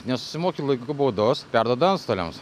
nesusimoki laiku baudos perduoda antstoliams